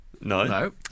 No